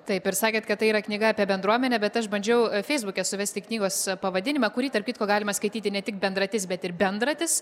taip ir sakėt kad tai yra knyga apie bendruomenę bet aš bandžiau feisbuke suvesti knygos pavadinimą kurį tarp kitko galima skaityti ne tik bendratis bet ir bendratis